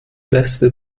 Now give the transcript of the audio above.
beste